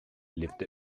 lived